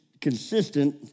consistent